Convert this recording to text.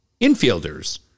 infielders